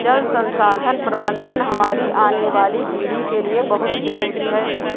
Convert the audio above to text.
जल संसाधन प्रबंधन हमारी आने वाली पीढ़ी के लिए बहुत जरूरी है